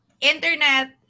internet